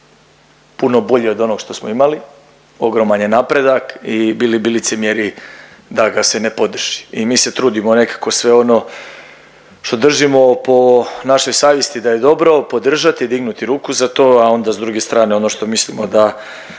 puno bolji od onog što smo imali, ogroman je napredak i bili bi licemjeri da ga se ne podrži. I mi se trudimo nekako sve ono što držimo po našoj savjesti da je dobro podržati, dignuti ruku za to, a onda s druge strane ono što mislimo da